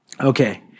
Okay